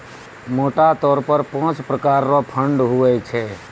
मोटा तौर पर पाँच प्रकार रो फंड हुवै छै